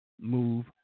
move